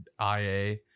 ia